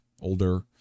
older